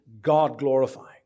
God-glorifying